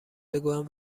بگویم